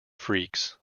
freaks